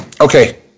Okay